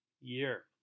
year